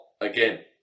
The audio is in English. again